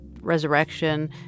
resurrection